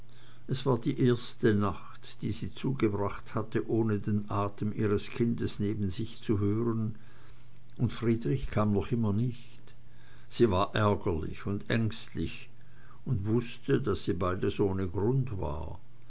es war die erste nacht die sie zugebracht hatte ohne den atem ihres kindes neben sich zu hören und friedrich kam noch immer nicht sie war ärgerlich und ängstlich und wußte daß sie beides ohne grund war